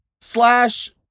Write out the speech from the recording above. slash